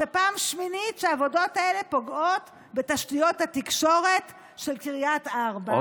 זו פעם שמינית שהעבודות האלה פוגעות בתשתיות התקשורת של קריית ארבע,